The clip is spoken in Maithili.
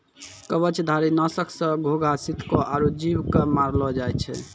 कवचधारी? नासक सँ घोघा, सितको आदि जीव क मारलो जाय छै